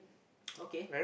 okay